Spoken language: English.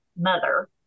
mother